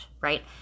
right